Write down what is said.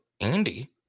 Andy